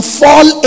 fall